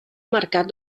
marcat